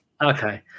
okay